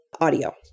audio